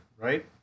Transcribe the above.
right